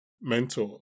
mentor